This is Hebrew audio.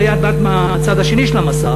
הרי את באת מהצד השני של המסך,